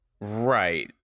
Right